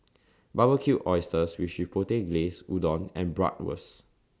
Barbecued Oysters with Chipotle Glaze Udon and Bratwurst